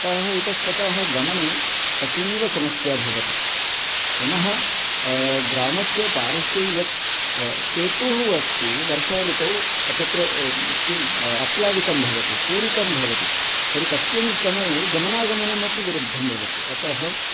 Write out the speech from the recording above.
अतः इतस्ततः गमने अतीवसमस्या भवति पुनः ग्रामस्य पार्श्वे यत् सेतुः अस्ति वर्षा ऋतौ तत्र किम् अप्लावितं भवति पूरितं भवति तर्हि तस्मिन् समये गमनागमनम् अपि विरुद्धं भवति अतः